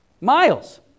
Miles